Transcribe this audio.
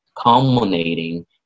culminating